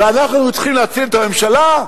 ואנחנו צריכים להציל את הממשלה?